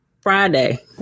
Friday